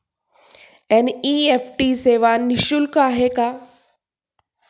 NEFT सेवा निःशुल्क आहे का?